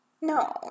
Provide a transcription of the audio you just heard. No